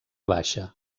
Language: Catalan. baixa